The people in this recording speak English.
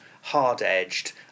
hard-edged